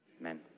amen